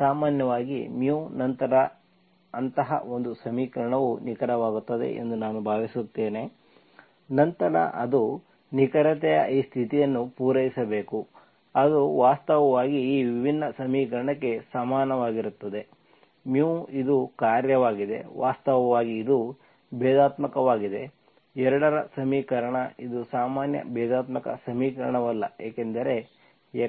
ಸಾಮಾನ್ಯವಾಗಿ μ ನಂತರ ಅಂತಹ ಒಂದು ಸಮೀಕರಣವು ನಿಖರವಾಗುತ್ತದೆ ಎಂದು ನಾನು ಭಾವಿಸುತ್ತೇನೆ ನಂತರ ಅದು ನಿಖರತೆಯ ಈ ಸ್ಥಿತಿಯನ್ನು ಪೂರೈಸಬೇಕು ಅದು ವಾಸ್ತವವಾಗಿ ಈ ವಿಭಿನ್ನ ಸಮೀಕರಣಕ್ಕೆ ಸಮನಾಗಿರುತ್ತದೆ ಇದು ಕಾರ್ಯವಾಗಿದೆ ವಾಸ್ತವವಾಗಿ ಇದು ಭೇದಾತ್ಮಕವಾಗಿದೆ ಎರಡರ ಸಮೀಕರಣ ಇದು ಸಾಮಾನ್ಯ ಭೇದಾತ್ಮಕ ಸಮೀಕರಣವಲ್ಲ ಏಕೆಂದರೆ